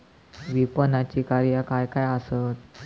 विपणनाची कार्या काय काय आसत?